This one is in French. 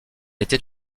était